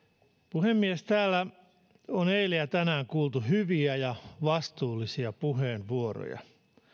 puhemies täällä on eilen ja tänään kuultu hyviä ja vastuullisia puheenvuoroja